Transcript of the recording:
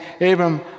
Abram